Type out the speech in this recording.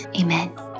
amen